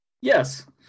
Yes